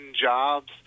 jobs